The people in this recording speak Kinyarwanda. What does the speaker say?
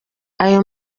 ayo